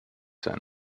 sein